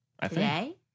Today